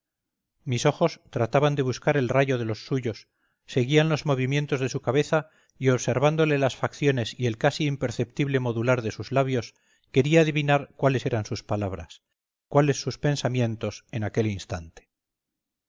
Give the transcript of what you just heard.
mis ojos trataban de buscar el rayo de los suyos seguían los movimientos de su cabeza y observándole las facciones y el casi imperceptible modular de sus labios querían adivinar cuáles eran sus palabras cuáles sus pensamientos en aquel instante